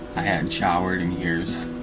i hadn't showered in years.